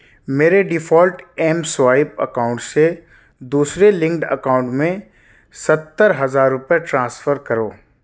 میرے default M swipe account سے دوسرے لنکڈ اکاؤنٹ میں ستر ہزار روپئے ٹرانسفر کرو